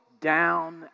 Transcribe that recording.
down